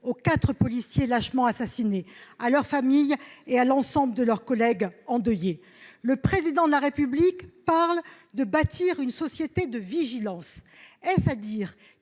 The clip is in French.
aux quatre policiers lâchement assassinés, à leurs familles et à l'ensemble de leurs collègues endeuillés. Le Président de la République parle de bâtir une société de vigilance. Est-ce à dire